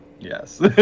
Yes